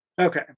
Okay